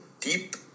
Deep